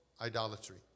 Idolatry